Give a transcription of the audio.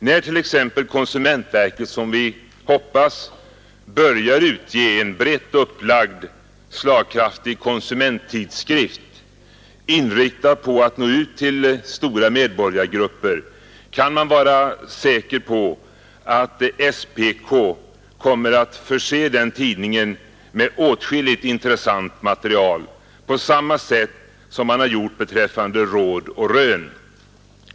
När t.ex. konsumentverket, som vi hoppas, börjar utge en brett upplagd, slagkraftig konsumenttidskrift, inriktad på att nå ut till stora medborgargrupper, kan man vara säker på att SPK kommer att förse den tidningen med åtskilligt intressant material, på samma sätt som man har gjort beträffande Råd och Rön.